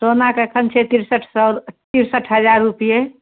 सोनाके एखन छै तिरसठ सओ तिरसठ हजार रुपैए